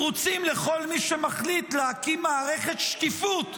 פרוצים לכל מי שמחליט להקים מערכת שקיפות,